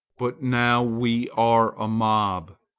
but now we are a mob.